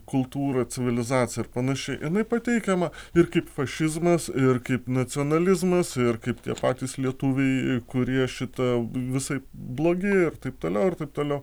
kultūra civilizacija ar panašiai jinai pateikiama ir kaip fašizmas ir kaip nacionalizmas ir kaip tie patys lietuviai kurie šitą visaip blogi ir taip toliau ir taip toliau